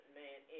man